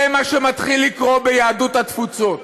זה מה שמתחיל לקרות ביהדות התפוצות.